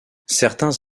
certains